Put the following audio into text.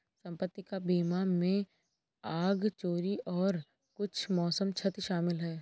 संपत्ति का बीमा में आग, चोरी और कुछ मौसम क्षति शामिल है